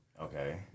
Okay